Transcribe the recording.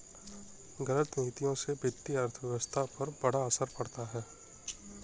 गलत नीतियों से वित्तीय अर्थव्यवस्था पर बड़ा असर पड़ता है